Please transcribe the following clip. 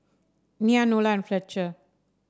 Nya Nola and Fletcher